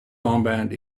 armband